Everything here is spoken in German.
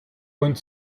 und